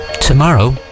tomorrow